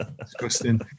disgusting